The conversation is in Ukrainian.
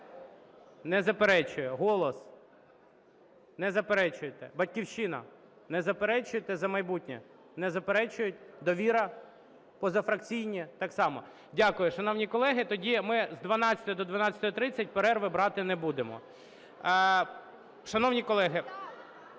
Не заперечує. "Голос"? Не заперечуєте. "Батьківщина"? Не заперечуєте. "За майбутнє"? Не заперечують. "Довіра"? Позафракційні? Так само. Дякую, шановні колеги, тоді ми з 12 до 12:30 перерву брати не будемо. Шановні колеги…